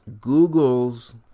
Google's